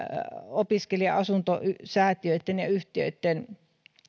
opiskelija asuntosäätiöitten ja yhtiöitten